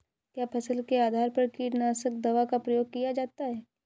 क्या फसल के आधार पर कीटनाशक दवा का प्रयोग किया जाता है?